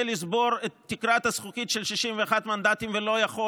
לשבור את תקרת הזכוכית של 61 מנדטים ולא יכול,